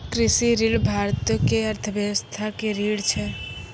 कृषि ऋण भारतो के अर्थव्यवस्था के रीढ़ छै